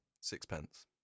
Sixpence